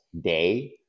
day